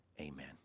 Amen